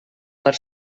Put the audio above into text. per